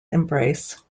embrace